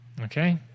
Okay